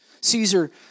Caesar